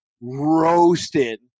roasted